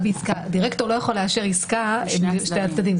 דירקטור לא יכול לאשר עסקה בין שני הצדדים.